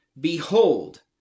behold